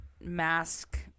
mask